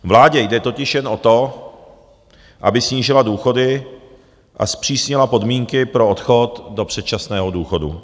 Vládě jde totiž jen o to, aby snížila důchody a zpřísnila podmínky pro odchod do předčasného důchodu.